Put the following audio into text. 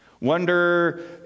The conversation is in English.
Wonder